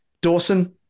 Dawson